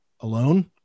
alone